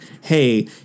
Hey